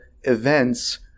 events